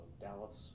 Dallas